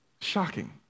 Shocking